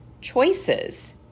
choices